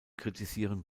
kritisieren